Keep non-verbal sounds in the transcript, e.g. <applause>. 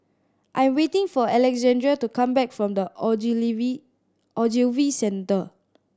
I am waiting for Alexandria to come back from The <unintelligible> Ogilvy Centre